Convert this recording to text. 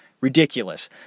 Ridiculous